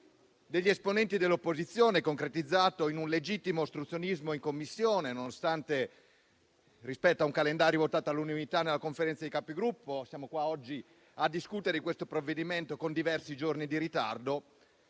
degli esponenti dell'opposizione e si sia concretizzato in un legittimo ostruzionismo in Commissione, nonostante il calendario votato all'unità nella Conferenza dei Capigruppo. Siamo qua oggi a discutere questo provvedimento, seppur con diversi giorni di ritardo,